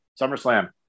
SummerSlam